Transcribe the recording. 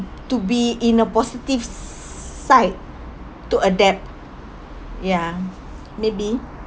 to be in a positive side to adapt ya maybe